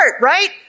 right